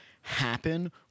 Happen